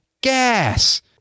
gas